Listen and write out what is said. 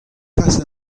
kas